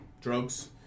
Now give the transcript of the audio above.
drugs